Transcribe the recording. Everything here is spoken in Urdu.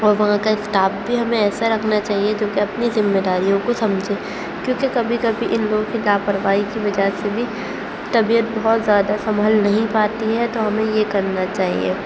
اور وہاں کا اسٹاپ بھی ہمیں ایسا رکھنا چاہیے جوکہ اپنی ذمہ داریوں کو سمجھے کیونکہ کبھی کبھی ان لوگوں کی لاپرواہی کی وجہ سے بھی طبیعت بہت زیادہ سنبھل نہیں پاتی ہے تو ہمیں یہ کرنا چاہیے